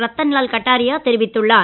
ரத்தன்லால் கட்டாரியா தெரிவித்துள்ளார்